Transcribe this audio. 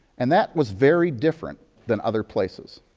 and that was very different than other places.